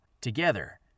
Together